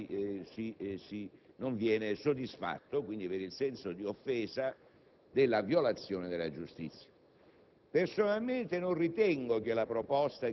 per un senso della giustizia che si proclama non essere stato soddisfatto, quindi per il senso di offesa nei confronti della violazione della giustizia.